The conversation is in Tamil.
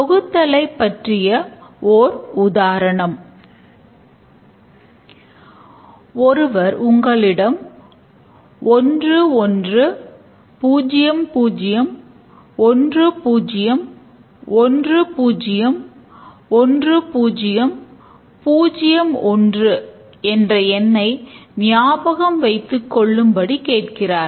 தொகுத்தலைப் பற்றிய ஓர் உதாரணம் ஒருவர் உங்களிடம் 110010101001 என்ற எண்ணை ஞாபகம் வைத்துக்கொள்ளும்படி கேட்கிறார்